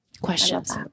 Questions